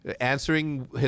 answering